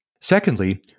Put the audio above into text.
Secondly